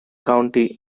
county